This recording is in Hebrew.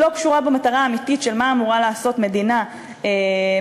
שלא קשורה במטרה האמיתית של מה אמורה לעשות מדינה מתוקנת.